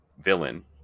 villain